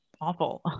awful